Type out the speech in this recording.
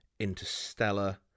Interstellar